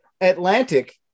atlantic